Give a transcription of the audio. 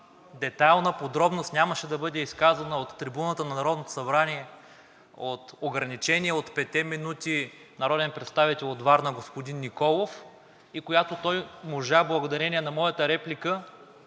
детайлна подробност нямаше да бъде изказана от трибуната на Народното събрание от ограничения от петте минути народен представител от Варна господин Николов и която той можа благодарение на моята реплика